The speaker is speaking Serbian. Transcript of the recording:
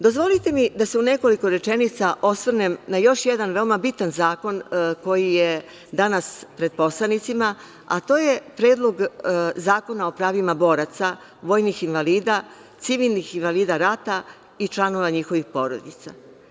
Dozvolite mi da se u nekoliko rečenica osvrnem na još jedan veoma bitan zakon koji je danas pred poslanicima, a to je Predlog zakona o pravima boraca, vojnih invalida, civilnih invalida rata i članova njihovih porodica.